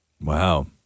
Wow